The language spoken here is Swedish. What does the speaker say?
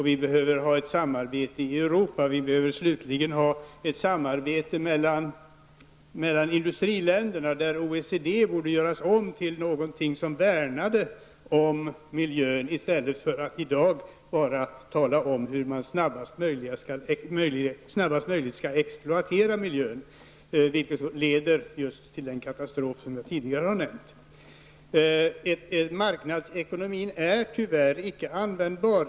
Vi behöver vidare ha ett samarbete i Europa, och vi behöver slutligen ha ett samarbete mellan industriländerna; OECD borde göras om till något som värnade miljön i stället för att bara tala om hur man snabbast möjligt skall exploatera miljön, vilket leder till just den katastrof som jag tidigare nämnde. Marknadsekonomin är tyvärr icke användbar.